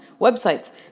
websites